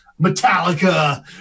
Metallica